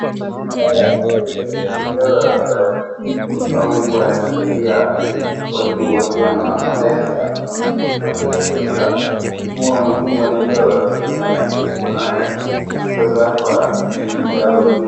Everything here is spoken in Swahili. Kuna dawa ambayo dawa hii ni dawa ya kujipigi au huwa inasaidia watu wakiwa na malaria ama wakiwa na typhoid pia. Huwa unadungwa na hii dawa na sindano yake iko naye. Sasa hapa ni dawa kuu.